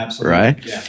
right